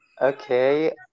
Okay